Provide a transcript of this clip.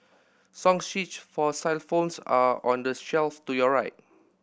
song sheets for xylophones are on the shelf to your right